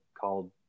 called